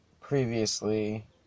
previously